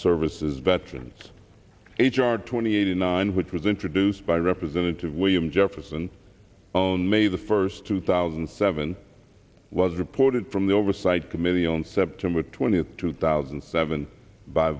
services veteran h r twenty eighty nine which was introduced by representative william jefferson on may the first two thousand and seven was reported from the oversight committee on september twentieth two thousand and seven by